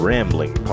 Rambling